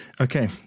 Okay